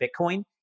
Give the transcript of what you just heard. Bitcoin